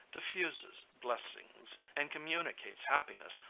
diffuses blessings, and communicates happiness,